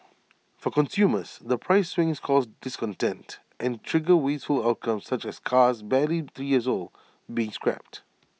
for consumers the price swings cause discontent and trigger wasteful outcomes such as cars barely three years old being scrapped